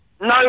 No